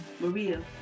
Maria